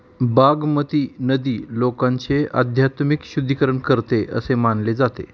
बागमती नदी लोकांचे आध्यात्मिक शुद्धीकरण करते असे मानले जाते